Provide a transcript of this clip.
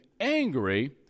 angry